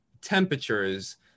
temperatures